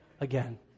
again